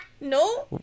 No